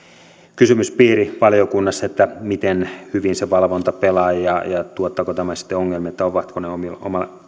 kysymyspiiri valiokunnassa miten hyvin se valvonta pelaa ja ja tuottaako tämä sitten ongelmia ovatko ne